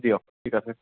দিয়ক ঠিক আছে